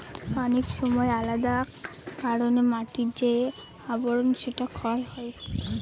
অনেক সময় আলাদা কারনে মাটির যে আবরন সেটা ক্ষয় হয়